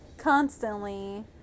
Constantly